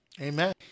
Amen